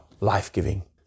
life-giving